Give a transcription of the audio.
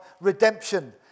redemption